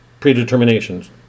predeterminations